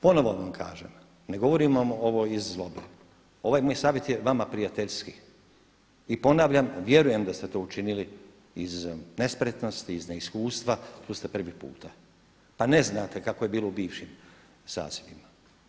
Ponovo vam kažem, ne govorim vam ovo iz zlobe, ovaj moj savjet je vama prijateljski i ponavljam, vjerujem da ste to učinili iz nespretnosti, iz neiskustva, tu ste prvi puta pa ne znate kako je bilo u bivšim sazivima.